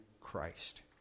Christ